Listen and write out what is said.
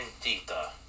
Tita